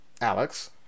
Alex